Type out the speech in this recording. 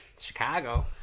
Chicago